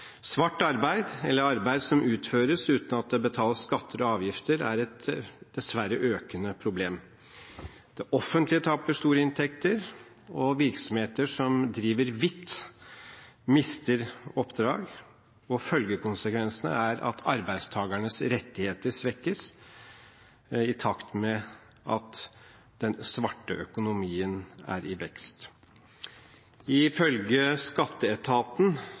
Svart arbeid – eller arbeid som utføres uten at det betales skatter og avgifter – er et, dessverre, økende problem. Det offentlige taper store inntekter. Virksomheter som driver hvitt, mister oppdrag. Følgene er at arbeidstakernes rettigheter svekkes, i takt med at den svarte økonomien er i vekst. Ifølge Skatteetaten